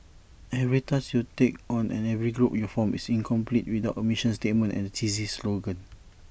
every task you take on and every group you form is incomplete without A mission statement and A cheesy slogan